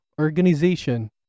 organization